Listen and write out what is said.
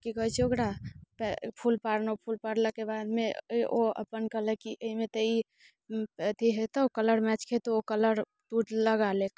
की कहैत छै ओकरा पै फूल पारलहुँ फूल पारलाके बादमे ओ अपन कहलक कि एहिमे तऽ ई अथी हेतहु कलर मैच खेतहु ओ कलर तोँ लगा ले